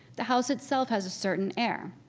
the house itself has a certain air.